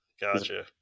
gotcha